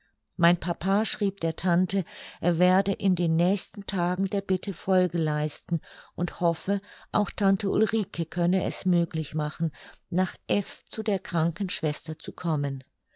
mein papa schrieb der tante er werde in den nächsten tagen der bitte folge leisten und hoffe auch tante ulrike könne es möglich machen nach f zu der kranken schwester zu kommen